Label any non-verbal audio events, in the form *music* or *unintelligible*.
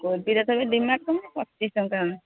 କୋବିର ତ ଏବେ ଡିମାଣ୍ଡ *unintelligible* ପଚିଶ ଟଙ୍କା